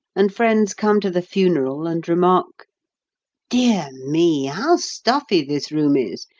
and friends come to the funeral and remark dear me! how stuffy this room is,